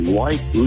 White